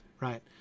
right